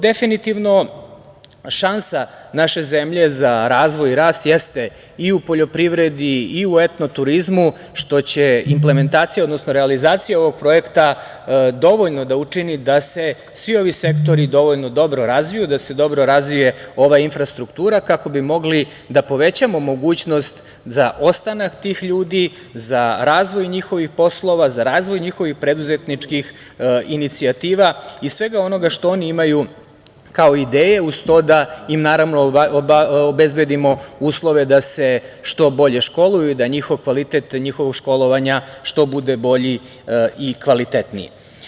Definitivno, šansa naše zemlje za razvoj i rast jeste i u poljoprivredi i u etno turizmu što će implementacija, odnosno realizacija ovog projekta dovoljno da učini da se svi ovi sektori dovoljno dobro razviju, da se dobro razvije ova infrastruktura, kako bi mogli da povećamo mogućnost za ostanak tih ljudi, za razvoj njihovih poslova, za razvoj njihovih preduzetničkih inicijativa i svega onoga što oni imaju kao ideje uz to da im obezbedimo uslove da se što bolje školuju i da njihov kvalitet školovanja bude što bolji i kvalitetniji.